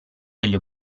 degli